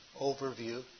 overview